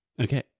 Okay